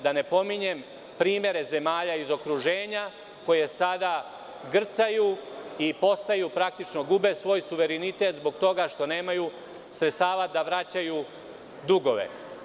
Da ne pominjem primere zemalja iz okruženja koje sada grcaju i praktično gube svoj suverenitet zbog toga što nemaju sredstava da vraćaju dugove.